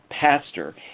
pastor